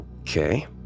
Okay